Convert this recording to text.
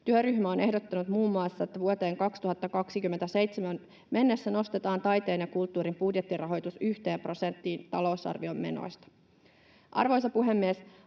Työryhmä on ehdottanut muun muassa, että vuoteen 2027 mennessä nostetaan taiteen ja kulttuurin budjettirahoitus yhteen prosenttiin talousarvion menoista. Arvoisa puhemies!